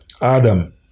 Adam